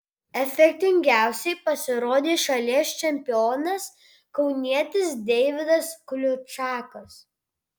efektingiausiai pasirodė šalies čempionas kaunietis deividas kliučakas